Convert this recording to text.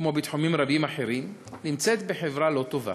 כמו בתחומים רבים אחרים, נמצאת בחברה לא טובה,